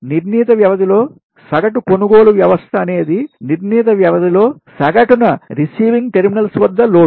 నిర్ణీత వ్యవధిలో సగటు కొనుగోలు వ్యవస్థ అనేది నిర్ణీత వ్యవధిలో సగటున రిసీవింగ్ receiving గ్రహించే టెర్మినల్స్ వద్ద లోడ్